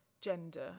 gender